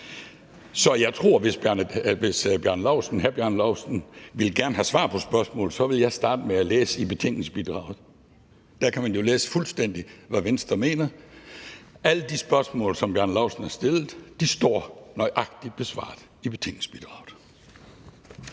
Så jeg tror, at hvis hr. Bjarne Laustsen gerne vil have svar på spørgsmålet, kan han starte med at læse i betænkningsbidraget, for der kan man jo læse alt om, hvad Venstre mener. Alle de spørgsmål, som hr. Bjarne Laustsen har stillet, står nøjagtig besvaret i betænkningsbidraget.